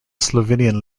slovenian